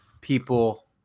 people